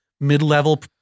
mid-level